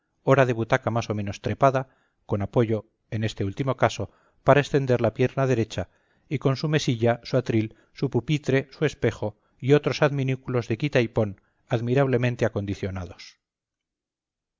ora de butaca más o menos trepada con apoyo en este último caso para extender la pierna derecha y con su mesilla su atril su pupitre su espejo y otros adminículos de quita y pon admirablemente acondicionados